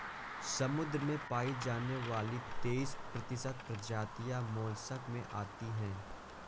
समुद्र में पाई जाने वाली तेइस प्रतिशत प्रजातियां मोलस्क में आती है